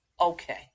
Okay